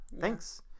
thanks